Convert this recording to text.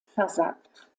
versagt